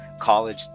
college